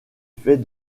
fait